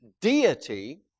deity